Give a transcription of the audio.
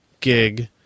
gig –